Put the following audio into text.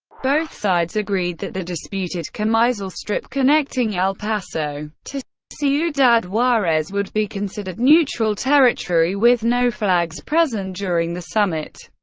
both sides agreed that the disputed chamizal strip connecting el paso to ciudad juarez would be considered neutral territory with no flags present during the summit,